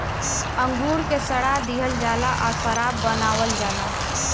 अंगूर के सड़ा दिहल जाला आ शराब बनावल जाला